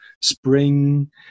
Spring